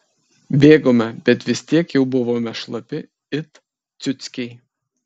bėgome bet vis tiek jau buvome šlapi it ciuckiai